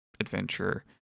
adventure